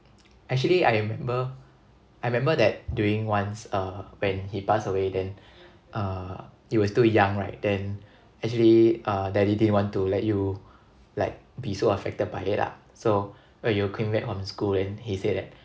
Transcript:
actually I remember I remember that during once uh he passed away then uh you were still young right then actually uh daddy didn't want to let you like be so affected by it lah so when you came back from school then he said that